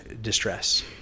distress